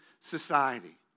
society